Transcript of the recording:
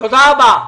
תודה רבה.